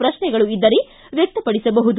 ಪ್ರತ್ನೆಗಳು ಇದ್ದರೆ ವ್ಯಕ್ತಪಡಿಬಹುದು